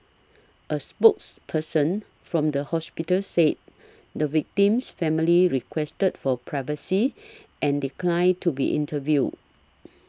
a spokesperson from the hospital said the victim's family requested for privacy and declined to be interviewed